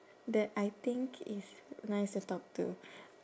that I think is nice to talk to